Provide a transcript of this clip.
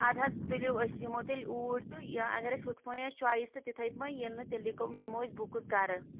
اَدٕ حظ تُلِو أسۍ یِمو تیٚلہِ اوٗرۍ تہٕ یا اگر اَسہِ ہُتھٕ پٲٹھۍ آسہِ چۄایِس تہٕ تِتھٕے پٲٹھۍ ییٚلہِ نہٕ تیٚلہِ دِکو نِمو أسۍ بُکٕس گَرٕ